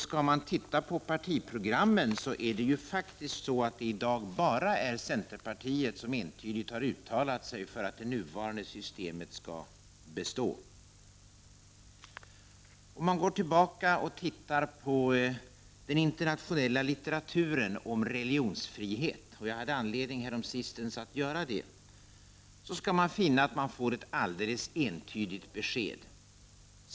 Skall man titta på partiprogrammen finner man att det i dag bara är centerpartiet som entydigt uttalat sig för att nuvarande system skall bestå. Om man går tillbaka och tittar på den internationella litteraturen om religionsfrihet — och jag hade anledning häromsistens att göra det — så skall man finna att man får ett alldeles entydigt besked.